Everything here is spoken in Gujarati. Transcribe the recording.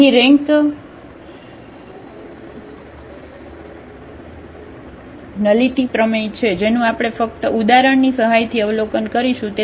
અહીં રેન્ક નલિટી પ્રમેય છે જેનું આપણે ફક્ત ઉદાહરણની સહાયથી અવલોકન કરીશું